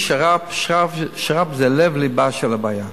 שר"פ זה לב-לבה של הבעיה.